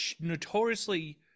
notoriously